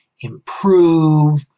improve